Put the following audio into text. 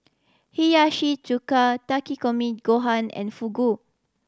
Hiyashi Chuka Takikomi Gohan and Fugu